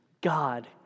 God